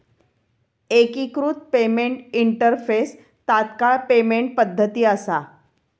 एकिकृत payment interface तात्काळ payment पद्धती असा